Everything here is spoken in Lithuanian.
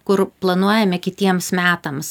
kur planuojame kitiems metams